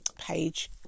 page